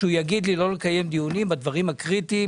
שיגיד לי לא לקיים דיונים בדברים הקריטיים